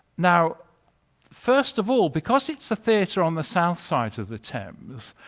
now first of all because it's a theater on the south side of the thames,